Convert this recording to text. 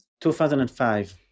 2005